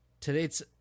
today's